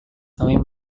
kami